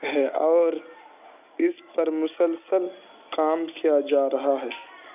ہے اور اس پر مسلسل کام کیا جا رہا ہے